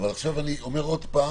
אבל עכשיו אני אומר עוד פעם,